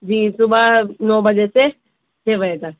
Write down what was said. جی صبح نو بجے سے چھ بجے تک